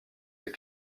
ses